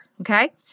okay